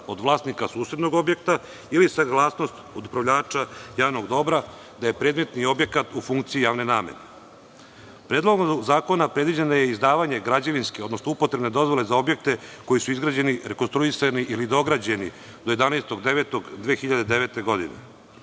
od vlasnika susednog objekta, ili saglasnost od upravljača javnog dobra da je predmetni objekat u funkciji javne namene. Predlogom zakona predviđeno je i izdavanje građevinske, odnosno upotrebne dozvole za objekte koji su izgrađeni rekonstruisani ili dograđeni do 11. septembra 2009. godine,